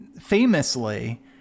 famously